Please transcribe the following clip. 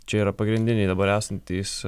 čia yra pagrindiniai dabar esantys